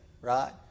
Right